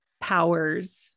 powers